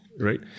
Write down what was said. right